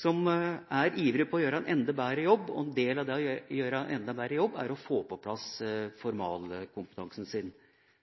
som er ivrige etter å gjøre en enda bedre jobb, og en del av det å gjøre en enda bedre jobb er å få på plass formalkompetansen sin.